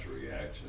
reaction